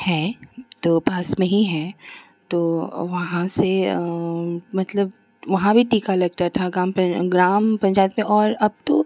हैं तो पास में ही हैं तो वहाँ से मतलब वहाँ भी टीका लगता था गाम ग्राम पंचायत में और अब तो